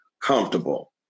comfortable